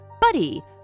Buddy